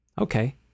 Okay